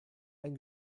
ein